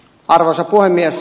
arvoisa puhemies